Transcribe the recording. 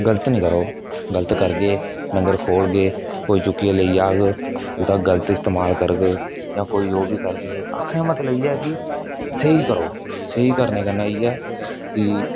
गल्त नेईं करो गल्त करगे डंगर खोलगे कोई चुक्कियै लेई जाग ओह्दा गल्त इस्तमाल करग जां कोई ओह् बी करग आखने दा मतलब एह् ऐ कि स्हेई करो स्हेई करने कन्नै इ'यै कि